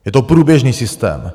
Je to průběžný systém.